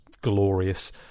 glorious